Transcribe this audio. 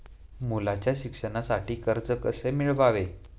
मुलाच्या शिक्षणासाठी कर्ज कसे मिळवावे?